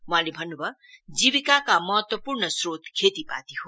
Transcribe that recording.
वहाँले भन्नु भयो जीविकाका महत्वपूर्ण स्रोत खेतीपाती हो